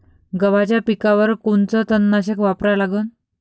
गव्हाच्या पिकावर कोनचं तननाशक वापरा लागन?